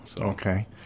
Okay